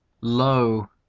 Lo